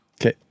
Okay